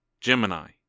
Gemini